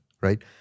right